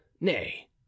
Nay